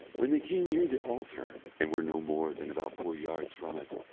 when they came near the altar, and were no more than about four yards from it,